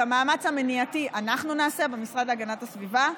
את המאמץ המניעתי אנחנו נעשה במשרד להגנת הסביבה,